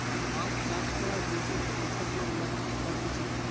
মাছ চাষ করার যে সব ব্যবস্থাপনা গুলা করতিছে